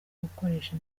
gukoresha